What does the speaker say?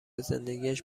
زندگیاش